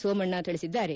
ಸೋಮಣ್ಣ ತಿಳಿಸಿದ್ದಾರೆ